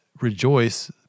rejoice